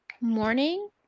morning